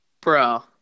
Bro